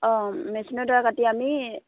অঁ মেচিনৰ দ্বাৰা কাটি আমি